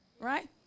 right